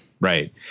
Right